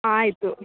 ಆಯಿತು